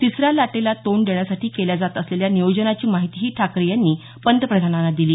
तिसऱ्या लाटेला तोंड देण्यासाठी केल्या जात असलेल्या नियोजनाची माहितीही ठाकरे यांनी पंतप्रधानांना दिली